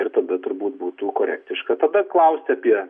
ir tada turbūt būtų korektiška tada klaust apie